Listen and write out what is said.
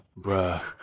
bruh